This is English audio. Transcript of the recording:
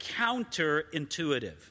counterintuitive